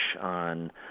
on